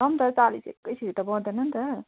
र नि त चालिस एकैचोटि त बढ्दैन नि त